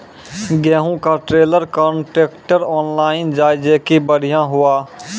गेहूँ का trailer contractor online जाए जैकी बढ़िया हुआ